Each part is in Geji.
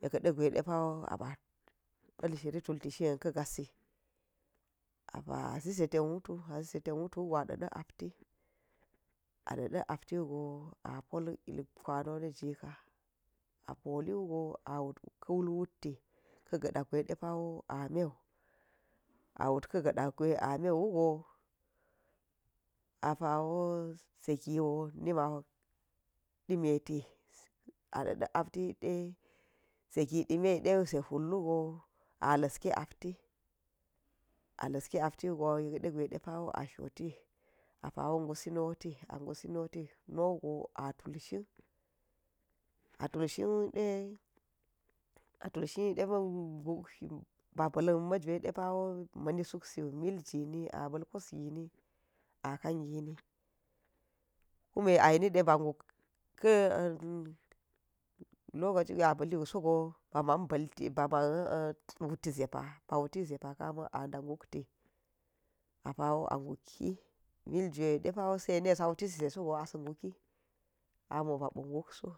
Yet de gwe depawo a ba̱ pa̱l shir tulti shin ga̱ka̱ gasi a pa azi ze ten wutu a zi ze tan wutu wugo a a ɗa̱da̱k apti wugo a pol il kwa noni jika a poliwugo a wut ka̱ wul wutti ka̱ ga̱ɗa̱ gwe depawo a mewu, a wut ka̱ ga̱ da̱ gwe a meu wugo a pa wo ze giwo ni ma demeti a ɗa̱ da̱k a apti wu de ze gi dimeyide ze hul wugo a la̱ski apti, a la̱ski apti wugo yek de gwe depawo a shoti apawo ngusi noti, apa ngusi noti wugo a tulshi a tulshin yide ma̱ nguk ba ba̱l ma̱ jwe depawo ma̱ ni suk siwo milginini a ba̱l kosgi a kan gina kume a yemiide ba nguk ka lokaci gwe a pa̱liwosogo ba ma̱n wuti ze pa, ba wuti ze pa a da nguk ti a pawo a a nguki, mil gwe depawo yene sa wuti si ze so ge a pawo sa̱ ngwuki, a amm ba bo nguk so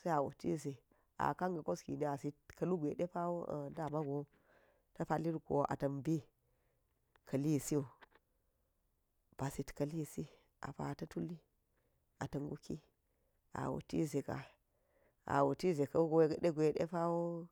sai a wuti za akan ga̱ kos gini a zit ka̱ lugwe de pawo domago a ta̱ bi ka̱li siwu ba zit ka̱ li si a pa ta tuli a ta nguki a wuti ze ka yedegwe de pawo.